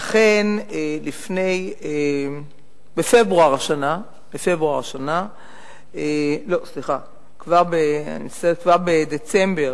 ואכן בפברואר השנה, לא, סליחה, כבר בדצמבר